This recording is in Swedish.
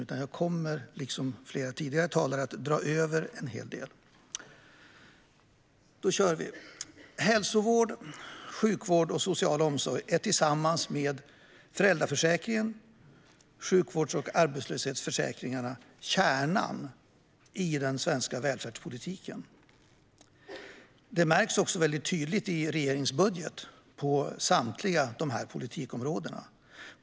Som flera andra tidigare talare kommer jag att dra över tiden en hel del. Hälsovård, sjukvård och social omsorg är tillsammans med föräldraförsäkringen, sjukvårds och arbetslöshetsförsäkringarna kärnan i den svenska välfärdspolitiken. Det märks också mycket tydligt i regeringens budget på samtliga dessa politikområden.